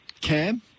Cam